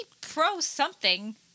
pro-something –